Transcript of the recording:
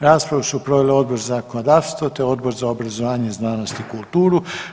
Raspravu su proveli Odbor za zakonodavstvo te Odbor za obrazovanje, znanost i kulturu.